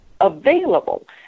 available